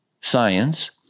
science